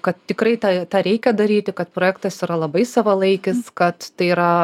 kad tikrai tą tą reikia daryti kad projektas yra labai savalaikis kad tai yra